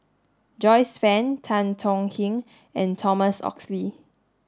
Joyce Fan Tan Tong Hye and Thomas Oxley